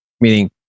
Meaning